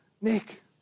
Nick